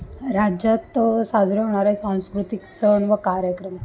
राज्यातं साजरे होणारे सांस्कृतिक सण व कार्यक्रम